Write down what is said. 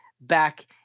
back